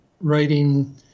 writing